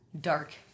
dark